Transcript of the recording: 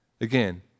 Again